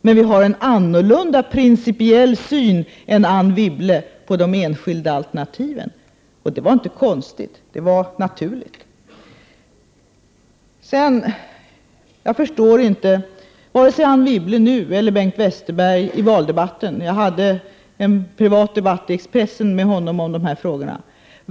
Vi har dock en annan principiell syn på de enskilda alterntiven än Anne Wibble har. Det var inte konstigt, det var naturligt. Jag förstår inte vare sig Anne Wibble nu eller Bengt Westerberg i valdebatten. Jag hade en privat debatt i Expressen med Bengt Westerberg om dessa frågor.